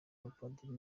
abapadiri